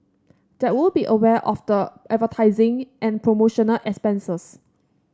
they would be aware of the advertising and promotional expenses